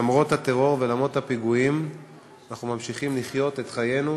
למרות הטרור ולמרות הפיגועים אנחנו ממשיכים לחיות את חיינו,